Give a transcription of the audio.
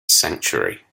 sanctuary